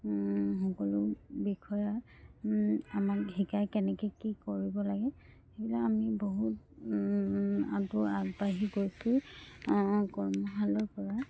সকলো বিষয় আমাক শিকাই কেনেকৈ কি কৰিব লাগে সেইবিলাক আমি বহুত আগ্ৰহ আগবাঢ়ি গৈছোঁ কৰ্মশালাৰ পৰা